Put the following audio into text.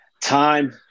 time